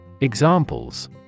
Examples